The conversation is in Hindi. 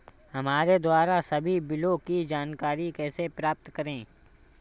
हमारे द्वारा सभी बिलों की जानकारी कैसे प्राप्त करें?